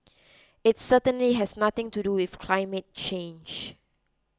its certainly has nothing to do with climate change